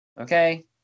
Okay